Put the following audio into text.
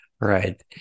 right